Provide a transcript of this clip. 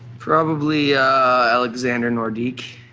probably alexander nordique.